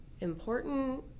important